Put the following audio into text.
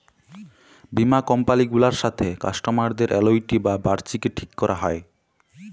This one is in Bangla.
বীমা কমপালি গুলার সাথে কাস্টমারদের আলুইটি বা বার্ষিকী ঠিক ক্যরা হ্যয়